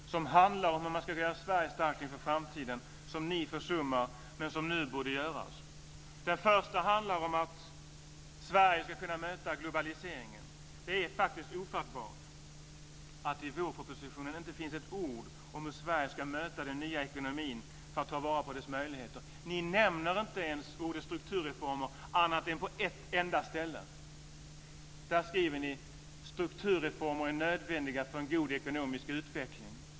Det handlar om hur man ska göra Sverige starkt inför framtiden, vilket ni försummar men som nu borde göras. Den första uppgiften handlar om att Sverige ska kunna möta globaliseringen. Det är faktiskt ofattbart att det i vårpropositionen inte finns ett ord om hur Sverige ska möta den nya ekonomin för att ta vara på dess möjligheter. Ni nämner inte ens ordet strukturreformer annat än på ett enda ställe. Där skriver ni: Strukturreformer är nödvändiga för en god ekonomisk utveckling.